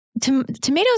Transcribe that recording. tomatoes